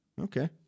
Okay